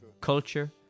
Culture